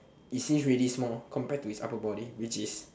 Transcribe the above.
it seems really small compared to his upper body which is